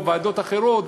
או ועדות אחרות,